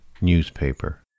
newspaper